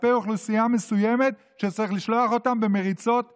כלפי אוכלוסייה מסוימת שצריך לשלוח אותה במריצות למזבלה?